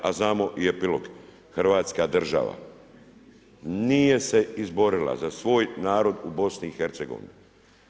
A znamo i epilog, Hrvatska država nije se izborila za svoj narod u BiH-a.